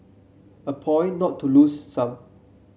a point not to lose some